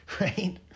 right